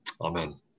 Amen